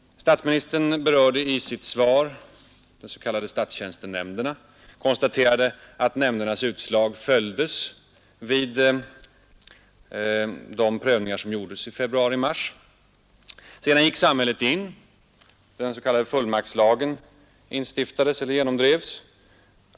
Statsministern berörde nu i sitt svar den s.k. statstjänstenämnden och konstaterade att nämndens utslag följdes vid de prövningar som gjordes i februari-mars. Sedan gick samhället in — den s.k. fullmaktslagen genomdrevs.